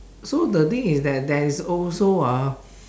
so the thing is that there is also ah